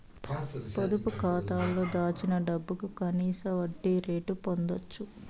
పొదుపు కాతాలో దాచిన డబ్బుకు కనీస వడ్డీ రేటు పొందచ్చు